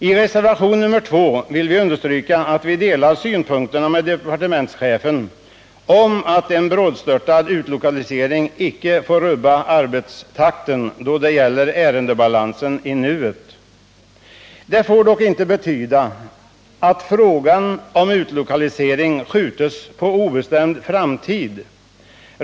I reservation nr 2 vill vi understryka att vi delar departementschefens synpunkter att en brådstörtad utlokalisering inte får rubba arbetstakten då det gäller ärendebalansen i nuet. Det får dock inte betyda att frågan om utlokalisering skjutes på obestämd framtid.